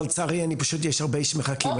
אבל לצערי יש הרבה שמחכים,